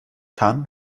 tan